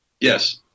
Yes